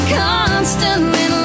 constantly